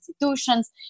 institutions